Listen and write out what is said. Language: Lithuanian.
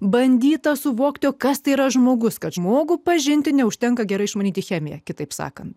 bandyta suvokti kas tai yra žmogus kad žmogų pažinti neužtenka gerai išmanyti chemiją kitaip sakant